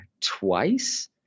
twice